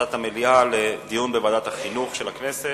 כהחלטת המליאה, לדיון בוועדת החינוך של הכנסת.